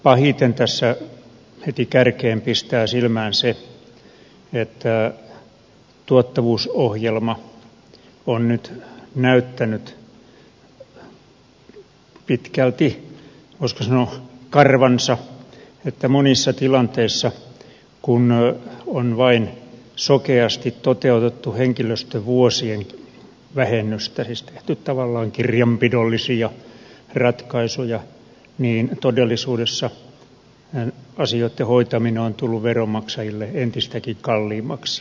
pahiten tässä heti kärkeen pistää silmään se että tuottavuusohjelma on nyt näyttänyt pitkälti voisiko sanoa karvansa että monissa tilanteissa kun on vain sokeasti toteutettu henkilöstövuo sien vähennystä siis tehty tavallaan kirjanpidollisia ratkaisuja niin todellisuudessa asioitten hoitaminen on tullut veronmaksajille entistäkin kalliimmaksi